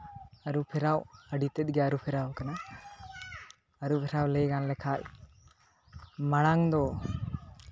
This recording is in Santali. ᱟᱹᱨᱩ ᱯᱷᱮᱨᱟᱣ ᱟᱹᱰᱤ ᱛᱮᱫ ᱜᱮ ᱟᱹᱨᱩ ᱯᱷᱮᱨᱟᱣ ᱟᱠᱟᱱᱟ ᱟᱹᱨᱩ ᱯᱷᱮᱨᱟᱣ ᱞᱟᱹᱭ ᱜᱟᱱ ᱞᱮᱠᱷᱟᱡ ᱢᱟᱲᱟᱝ ᱫᱚ